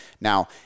Now